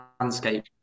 landscape